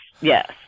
yes